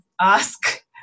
ask